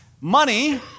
money